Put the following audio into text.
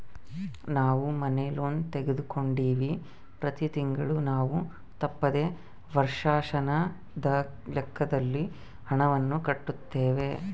ನಾವು ಮನೆ ಲೋನ್ ತೆಗೆದುಕೊಂಡಿವ್ವಿ, ಪ್ರತಿ ತಿಂಗಳು ನಾವು ತಪ್ಪದೆ ವರ್ಷಾಶನದ ಲೆಕ್ಕದಲ್ಲಿ ಹಣವನ್ನು ಕಟ್ಟುತ್ತೇವೆ